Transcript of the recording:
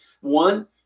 one